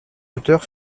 auteur